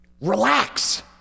relax